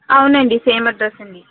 అవునండి same address అండి